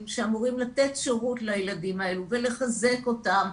שאמורים לתת שירות לילדים האלה ולחזק אותם,